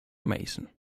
mason